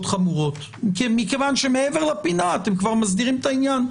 חמורות מכיוון שמעבר לפינה אתם כבר מסדירים את העניין.